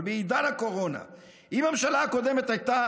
אבל בעידן הקורונה אם הממשלה הקודמת הייתה